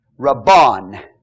Rabban